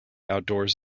outdoors